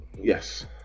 yes